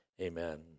Amen